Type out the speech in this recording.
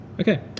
Okay